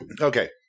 Okay